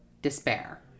despair